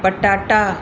पटाटा